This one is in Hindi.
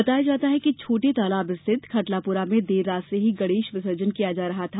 बताया जाता है कि छोटे तालाब स्थित खटलापुरा में देर रात से ही गणेश विसर्जन किया जा रहा था